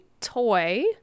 toy